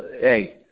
Hey